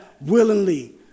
willingly